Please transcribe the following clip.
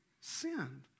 sinned